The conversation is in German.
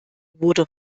wurde